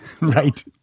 Right